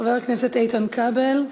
חבר הכנסת איתן כבל,